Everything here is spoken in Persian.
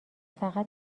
فقط